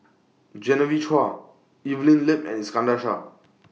Genevieve Chua Evelyn Lip and Iskandar Shah